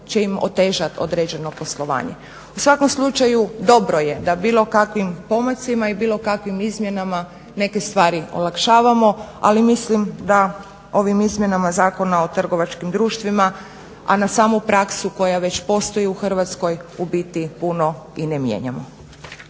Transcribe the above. će im otežat određeno poslovanje. U svakom slučaju dobro je da bilo kakvim pomacima i bilo kakvim izmjenama neke stvari olakšavamo. Ali mislimo da ovim izmjenama Zakona o trgovačkim društvima a na samu praksu koja već postoji u Hrvatskoj u biti puno i ne mijenjamo.